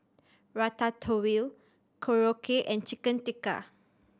Ratatouille Korokke and Chicken Tikka